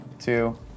two